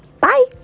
bye